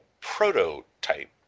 prototype